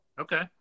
Okay